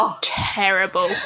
terrible